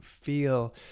feel